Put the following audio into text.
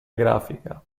grafica